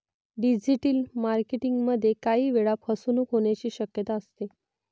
digital marketing मध्ये काही वेळा फसवणूक होण्याची शक्यता असते